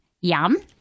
Yum